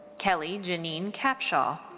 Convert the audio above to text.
kelli jeannine capshaw.